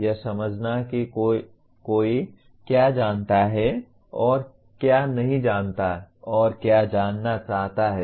यह समझना कि कोई क्या जानता है और क्या नहीं जानता है और क्या जानना चाहता है